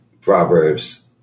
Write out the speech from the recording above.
Proverbs